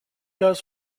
cas